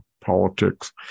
politics